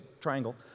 triangle